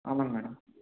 ஆமாங்க மேடம்